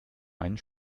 einen